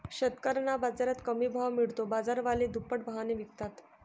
शेतकऱ्यांना बाजारात कमी भाव मिळतो, बाजारवाले दुप्पट भावाने विकतात